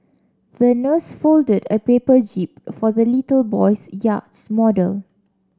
the nurse folded a paper jib for the little boy's yacht model